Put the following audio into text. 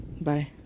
Bye